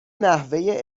نحوه